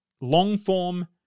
long-form